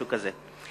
משהו כזה.